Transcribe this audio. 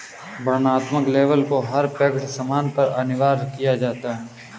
वर्णनात्मक लेबल को हर पैक्ड सामान पर अनिवार्य कर दिया गया है